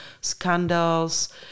Scandals